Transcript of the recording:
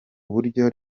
buryo